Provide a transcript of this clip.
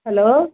hello